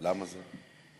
למה זה?